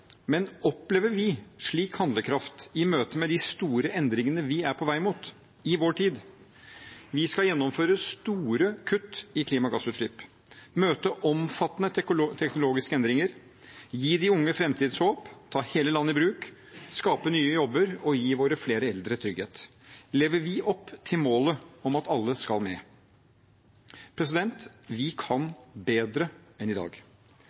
men opplever vi slik handlekraft i møte med de store endringene vi er på vei mot, i vår tid? Vi skal gjennomføre store kutt i klimagassutslipp, møte omfattende teknologiske endringer, gi de unge framtidshåp, ta hele landet i bruk, skape nye jobber og gi våre flere eldre trygghet. Lever vi opp til målet om at alle skal med? Vi kan bedre enn i dag.